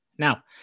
now